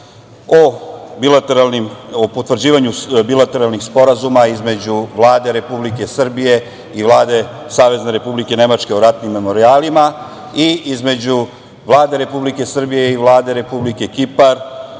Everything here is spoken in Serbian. o potvrđivanju bilateralnih sporazuma između Vlade Republike Srbije i Vlade Savezne Republike Nemačke o ratnim memorijalima i između Vlade Republike Srbije i Vlade Republike Kipar